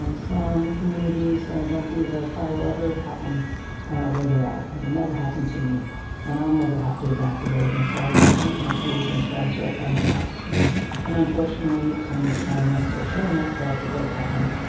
um some communities don't believe a fire will ever happen where they're at. it will never happen to me and i'll never have to evacuate and so i want to keep my trees and shrubs right by my house. and and unfortunately, time is telling us or showing us that it does happen.